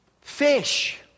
fish